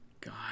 God